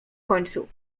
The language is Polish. końcu